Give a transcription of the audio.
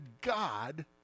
God